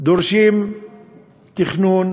דורשים תכנון